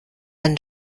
einen